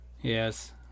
Yes